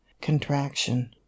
contraction